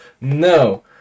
No